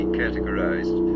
categorized